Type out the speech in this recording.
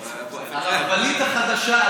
הרכבלית החדשה.